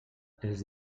els